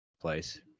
place